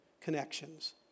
connections